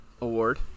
Award